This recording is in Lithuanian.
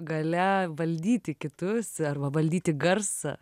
galia valdyti kitus arba valdyti garsą